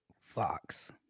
Fox